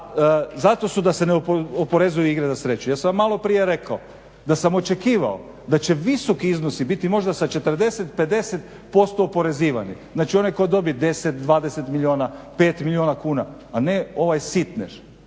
a zato su da se ne oporezuju igre na sreću. Ja sam vam maloprije rekao da sam očekivao da će visoki iznosi biti možda sa 40-50% oporezivanih, znači onaj tko dobije 10-20 milijuna, 5 milijuna kuna, a ne ovaj sitniš.